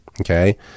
Okay